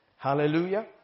Hallelujah